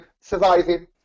Surviving